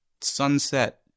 sunset